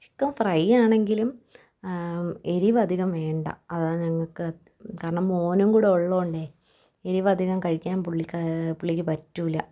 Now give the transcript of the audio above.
chicken ഫ്രൈയാണെങ്കിലും എരിവ് അധികം വേണ്ട അതു ഞങ്ങൾക്കു കാരണം മോനുംകൂടി ഉള്ളതു കൊണ്ടേ എരിവ് അധികം കഴിക്കാൻ പുള്ളിക്ക് പുള്ളിക്ക് പറ്റില്ല